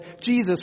Jesus